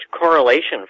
correlation